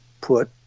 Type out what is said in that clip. put